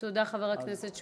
אומר, ההצעה מבורכת.